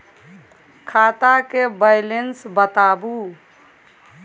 खाता के बैलेंस बताबू?